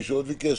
מישהו עוד ביקש?